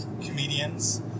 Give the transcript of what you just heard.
comedians